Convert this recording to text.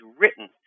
written